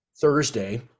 Thursday